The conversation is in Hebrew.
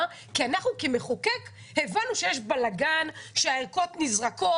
כי אנחנו כמחוקק הבנו שיש בלגן, שהערכות נזרקות.